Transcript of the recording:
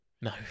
No